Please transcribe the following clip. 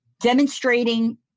Demonstrating